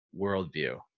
worldview